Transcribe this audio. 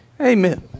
Amen